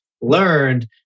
learned